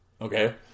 Okay